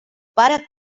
pare